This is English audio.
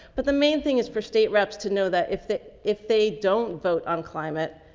but the main thing is for state reps to know that if they, if they don't vote on climate,